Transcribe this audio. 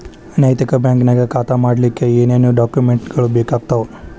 ನೈತಿಕ ಬ್ಯಾಂಕ ನ್ಯಾಗ್ ಖಾತಾ ಮಾಡ್ಲಿಕ್ಕೆ ಏನೇನ್ ಡಾಕುಮೆನ್ಟ್ ಗಳು ಬೇಕಾಗ್ತಾವ?